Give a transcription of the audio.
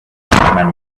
englishman